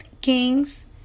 Kings